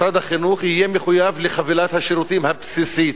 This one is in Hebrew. משרד החינוך יהיה מחויב לחבילת השירותים הבסיסית,